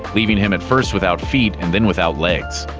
leaving him at first without feet and then without legs.